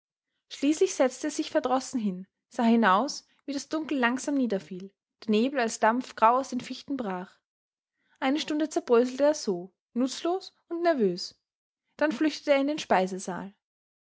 schließlich setzte er sich verdrossen hin sah hinaus wie das dunkel langsam niederfiel der nebel als dampf grau aus den fichten brach eine stunde zerbröselte er so nutzlos und nervös dann flüchtete er in den speisesaal